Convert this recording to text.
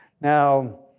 Now